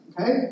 okay